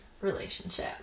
relationship